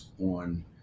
on